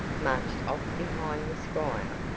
marched off behind the squire.